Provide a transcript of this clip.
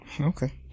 Okay